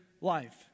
life